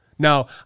Now